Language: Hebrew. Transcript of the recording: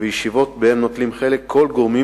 וישיבות שבהם נוטלים חלק כל הגורמים